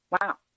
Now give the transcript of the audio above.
wow